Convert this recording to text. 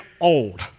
old